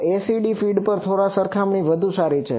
તો ACD feed જે થોડાની સરખામણીમાં વધુ સારી છે